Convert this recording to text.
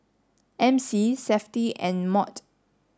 M C SAFTI and MOT